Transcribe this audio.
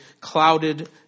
clouded